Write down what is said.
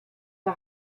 der